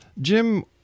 Jim